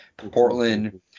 Portland